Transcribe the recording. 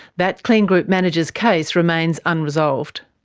that kleen group manager's case remains unresolved.